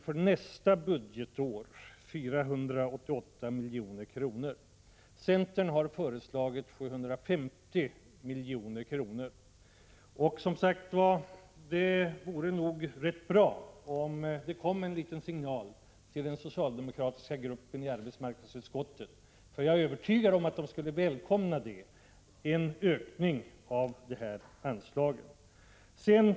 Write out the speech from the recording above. För nästa budgetår föreslås 488 milj.kr., medan centern har föreslagit 750 milj.kr. Det vore nog rätt bra om det Om SR kom en liten signal till den socialdemokratiska gruppen i arbetsmarknadsut KIvEC SE iskogslänen skottet, eftersom jag är övertygad om att den skulle välkomna en ökning av detta anslag.